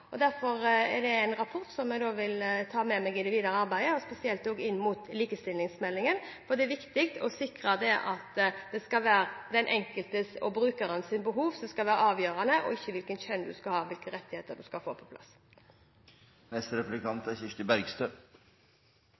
Derfor er det en rapport som jeg vil ta med meg i det videre arbeidet, spesielt med likestillingsmeldingen, for det er viktig å sikre at det er den enkelte brukerens behov som skal være avgjørende for å få rettighetene sine på plass, og ikke hvilket kjønn